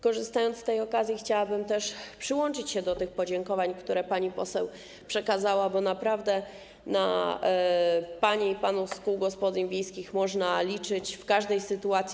Korzystając z okazji, chciałabym też przyłączyć się do podziękowań, które pani poseł przekazała, bo naprawdę na panie i panów z kół gospodyń wiejskich można liczyć w każdej sytuacji.